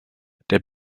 der